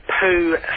poo